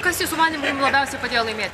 kas jūsų manymu jum labiausiai padėjo laimėti